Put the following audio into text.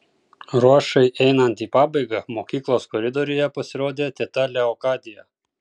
ruošai einant į pabaigą mokyklos koridoriuje pasirodė teta leokadija